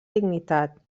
dignitat